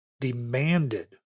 demanded